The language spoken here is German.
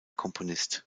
komponist